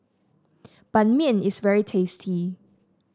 Ban Mian is very tasty